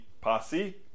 Posse